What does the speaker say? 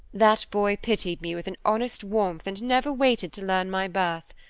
that boy pitied me with an honest warmth and never waited to learn my birth.